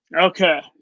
Okay